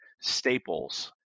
Staples